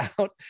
out